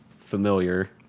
familiar